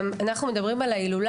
אנחנו גם מדברים על ההילולה.